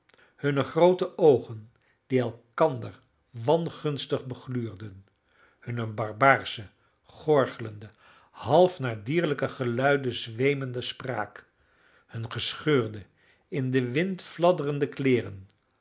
hunne groote oogen die elkander wangunstig begluurden hunne barbaarsche gorgelende half naar dierlijke geluiden zweemende spraak hunne gescheurde in den wind fladderende